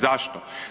Zašto?